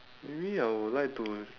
maybe I would like to